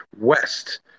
west